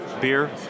beer